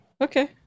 Okay